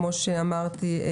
כמו שאמרתי,